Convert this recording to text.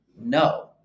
no